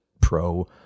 pro